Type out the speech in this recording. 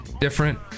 different